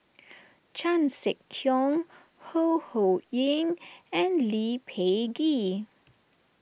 Chan Sek Keong Ho Ho Ying and Lee Peh Gee